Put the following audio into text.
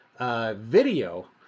video